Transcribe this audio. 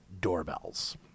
doorbells